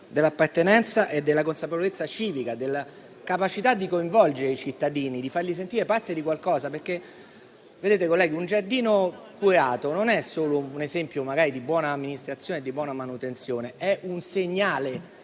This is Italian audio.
dell'appartenenza e della consapevolezza civica, della capacità di coinvolgere i cittadini, di farli sentire parte di qualcosa. Vedete colleghi, un giardino curato non è solo un esempio magari di buona amministrazione, di buona manutenzione: è un segnale